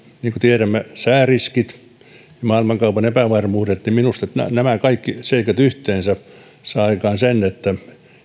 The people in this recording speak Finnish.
niin kuin tiedämme vielä sääriskit maailmankaupan epävarmuudet niin minusta nämä kaikki seikat yhteensä saavat aikaan sen että